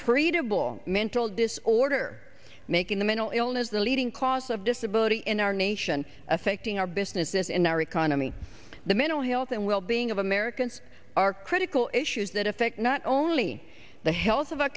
treatable mental disorder making the mental illness the leading cause of disability in our nation affecting our business as in our economy the mental health and well being of americans are critical issues that affect not only the health of